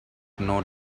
note